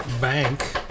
Bank